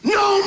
no